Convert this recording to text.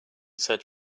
said